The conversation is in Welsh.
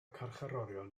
carcharorion